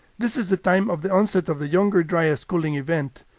this is the time of the onset of the younger dryas cooling event,